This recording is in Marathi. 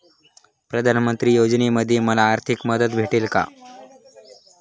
प्रधानमंत्री योजनेमध्ये मला आर्थिक मदत भेटेल का?